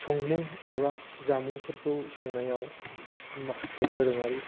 संमुं एबा जामुंफोरखौ संनायाव माखासे दोरोङारि